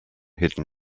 hidden